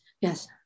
Yes